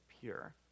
pure